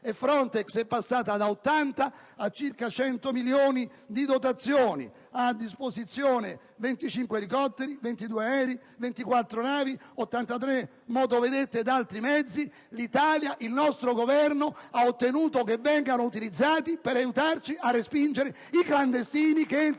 FRONTEX è passata da 80 a circa 100 milioni di euro di dotazione; ha a disposizione 25 elicotteri, 22 aerei, 24 navi, 83 motovedette ed altri mezzi. L'Italia, il nostro Governo, ha ottenuto che vengano utilizzati per respingere i clandestini che entrano